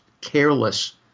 careless